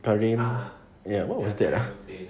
korean ya that ah